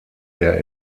der